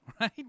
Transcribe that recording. right